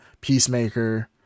peacemaker